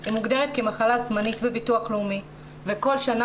היא מוגדרת כמחלה זמנית בביטוח לאומי וכל שנה